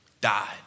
died